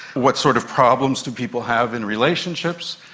what sort of problems to people have in relationships.